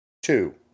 Two